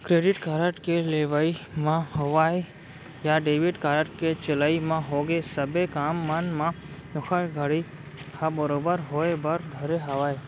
credit card के लेवई म होवय या डेबिट कारड के चलई म होगे सबे काम मन म धोखाघड़ी ह बरोबर होय बर धरे हावय